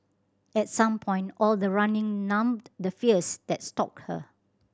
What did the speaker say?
at some point all the running numbed the fears that stalked her